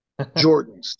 Jordans